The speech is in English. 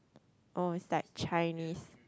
oh is like Chinese